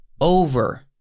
over